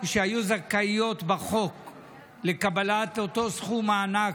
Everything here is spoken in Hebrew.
סמוכות לנמל התעופה בן-גוריון שהיו זכאיות בחוק לקבלת אותו סכום מענק,